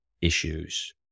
issues